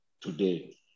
today